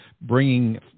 bringing